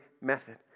method